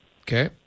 Okay